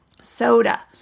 Soda